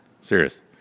Serious